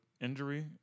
injury